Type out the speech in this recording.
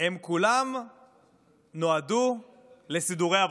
הם כולם נועדו לסידורי עבודה.